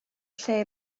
lle